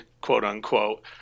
quote-unquote –